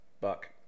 buck